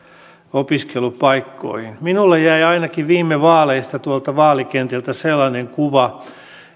opiskelupaikkoihin minulle jäi ainakin viime vaaleista tuolta vaalikentiltä sellainen kuva